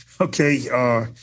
Okay